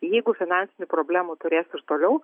jeigu finansinių problemų turės ir toliau